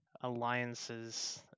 alliances